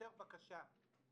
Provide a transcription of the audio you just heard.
יותר בקשה אנא,